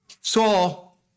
Saul